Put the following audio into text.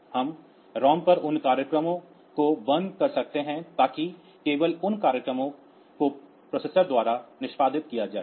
हम रोम पर उन प्रोग्रामों को जला सकते हैं ताकि केवल उन प्रोग्रामों को प्रोसेसर द्वारा निष्पादित किया जाएगा